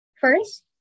First